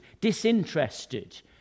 disinterested